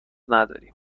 نداریم